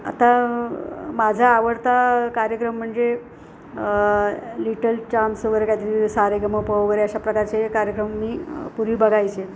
आता माझा आवडता कार्यक्रम म्हणजे लिटल चांप्स असं वगैरे काय तरी सारेगमपा वगैरे अशा प्रकारचे कार्यक्रम मी पूर्वी बघायचे